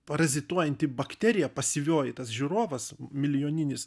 parazituojanti bakterija pasyvioji tas žiūrovas milijoninis